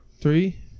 Three